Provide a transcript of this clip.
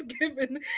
given